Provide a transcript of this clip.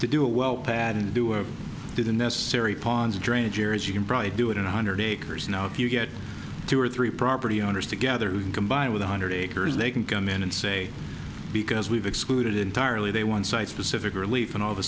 to do it well padded to do or do the necessary pons drainage areas you can probably do it in one hundred acres now if you get two or three property owners together combined with one hundred acres they can come in and say because we've excluded entirely they want site specific relief and all of a